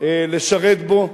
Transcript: לשרת בו,